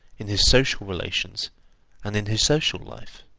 in his social relations and in his social life?